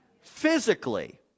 Physically